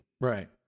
Right